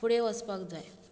फुडें वचपाक जाय